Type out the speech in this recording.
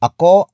Ako